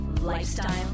lifestyle